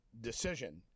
decision